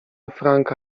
franka